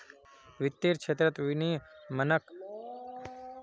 वित्तेर क्षेत्रत विनियमनक पर्यवेक्षनेर एक रूप मात्र मानाल जा छेक